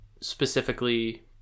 specifically